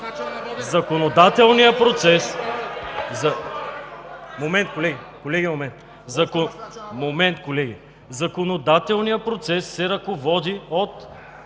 Законодателният процес се ръководи от